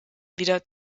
wieder